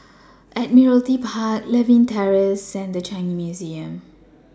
Admiralty Park Lewin Terrace and The Changi Museum